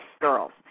girls